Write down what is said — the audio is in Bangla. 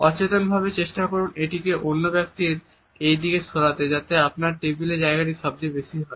অচেতনভাবে চেষ্টা করুন এটিকে অন্য ব্যক্তির এইদিকে সরাতে যাতে আপনার দিকের টেবিলের জায়গাটি সবচেয়ে বেশি হয়